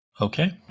Okay